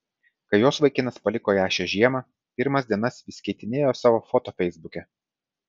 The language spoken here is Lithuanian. kai jos vaikinas paliko ją šią žiemą pirmas dienas vis keitinėjo savo foto feisbuke